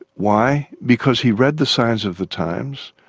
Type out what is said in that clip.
why? because he read the signs of the times,